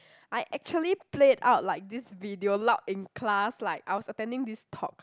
I actually played out like this video loud in class like I was attending this talk